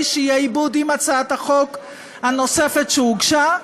שיהיה עיבוד עם הצעת החוק הנוספת שהוגשה,